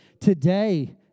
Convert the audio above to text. today